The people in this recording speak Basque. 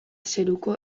zeruko